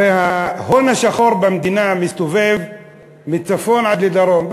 הרי ההון השחור במדינה מסתובב מהצפון עד לדרום,